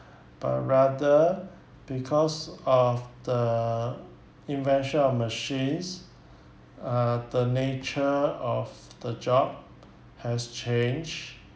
but rather because of the invention of machines uh the nature of the job has changed